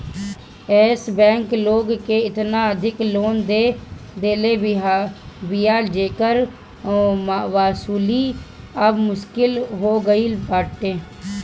एश bank लोग के एतना अधिका लोन दे देले बिया जेकर वसूली अब मुश्किल हो गईल बाटे